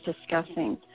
discussing